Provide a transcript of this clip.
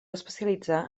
especialitzar